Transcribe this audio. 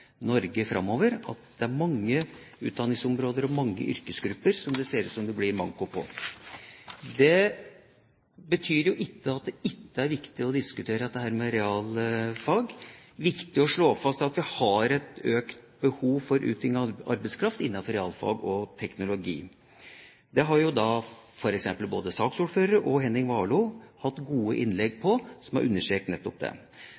Norge framover er at det er mange utdanningsområder og mange yrkesgrupper som det ser ut til at det blir manko på. Det betyr ikke at det ikke er viktig å diskutere dette med realfag. Det er viktig å slå fast at vi har et økt behov for utdanning av arbeidskraft innenfor realfag og teknologi. Det har f.eks. både saksordføreren og Henning Warloe hatt gode innlegg om, som har understreket nettopp det.